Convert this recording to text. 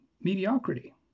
mediocrity